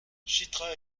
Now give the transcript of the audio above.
chitra